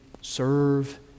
serve